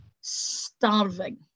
starving